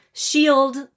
shield